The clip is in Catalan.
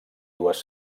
dues